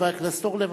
חבר הכנסת אורלב,